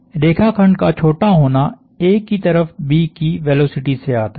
रेखाखंड का छोटा होना A की तरफ B की वेलोसिटी से आता है